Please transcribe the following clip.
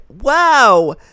Wow